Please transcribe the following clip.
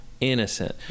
innocent